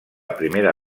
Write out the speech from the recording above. primera